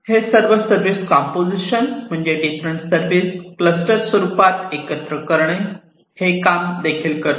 हे सर्व service composition म्हणजे डिफरंट सर्विसेस क्लस्टर स्वरूपात एकत्र करणे हे काम देखील करते